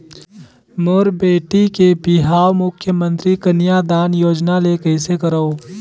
मोर बेटी के बिहाव मुख्यमंतरी कन्यादान योजना ले कइसे करव?